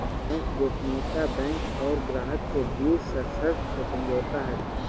bank गोपनीयता bank और ग्राहक के बीच सशर्त समझौता है